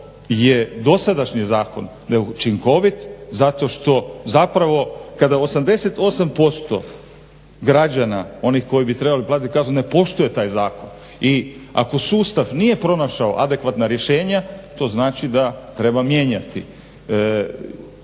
je dosadašnji zakon neučinkovit zato što, zapravo kada 88% građana onih koji bi trebali platiti kaznu ne poštuje taj zakon i ako sustav nije pronašao adekvatna rješenja to znači da treba mijenjati.